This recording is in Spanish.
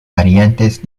variantes